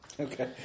Okay